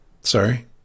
Sorry